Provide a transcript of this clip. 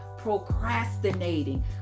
procrastinating